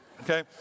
Okay